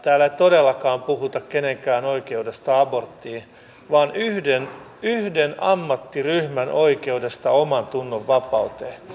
täällä ei todellakaan puhuta kenenkään oikeudesta aborttiin vaan yhden ammattiryhmän oikeudesta omantunnonvapauteen